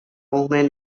woman